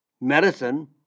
Medicine